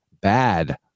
bad